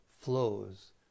flows